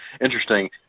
interesting